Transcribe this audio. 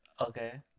Okay